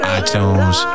iTunes